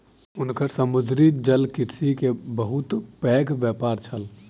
हुनकर समुद्री जलकृषि के बहुत पैघ व्यापार छल